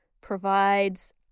provides